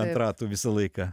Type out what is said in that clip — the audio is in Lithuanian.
ant ratų visą laiką